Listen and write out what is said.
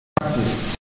practice